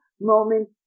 moment